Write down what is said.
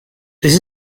this